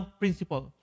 principle